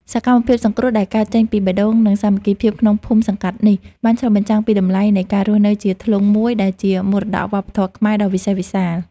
សកម្មភាពសង្គ្រោះដែលកើតចេញពីបេះដូង និងសាមគ្គីភាពក្នុងភូមិសង្កាត់នេះ បានឆ្លុះបញ្ចាំងពីតម្លៃនៃ ការរស់នៅជាធ្លុងមួយ ដែលជាមរតកវប្បធម៌ខ្មែរដ៏វិសេសវិសាល។